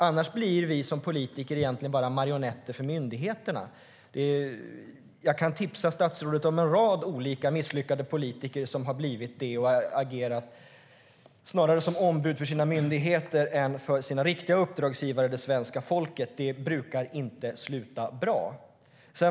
Annars blir vi politiker bara marionetter för myndigheterna. Jag kan tipsa statsrådet om en rad olika misslyckade politiker som har blivit sådana marionetter och snarare agerat som ombud för sina myndigheter än för sina riktiga uppdragsgivare, det svenska folket. Det brukar inte sluta bra.